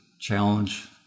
challenge